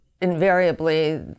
invariably